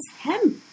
hemp